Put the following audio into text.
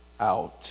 out